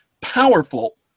powerful